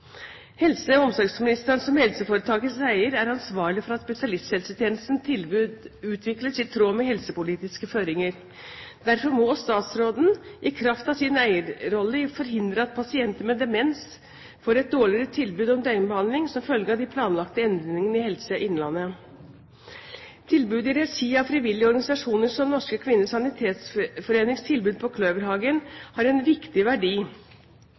Helse- og omsorgsministeren som helseforetakenes eier er ansvarlig for at spesialisthelsetjenestens tilbud utvikles i tråd med helsepolitiske føringer. Derfor må statsråden i kraft av sin eierrolle forhindre at pasienter med demens får et dårligere tilbud om døgnbehandling som følge av de planlagte endringene i Helse Innlandet. Tilbud i regi av frivillige organisasjoner som Norske Kvinners Sanitetsforenings tilbud på Kløverhagen, har en viktig verdi